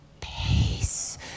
peace